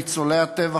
ניצולי הטבח,